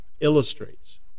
illustrates